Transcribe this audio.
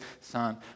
son